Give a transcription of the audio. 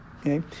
Okay